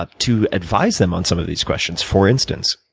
ah to advise them on some of these questions. for instance,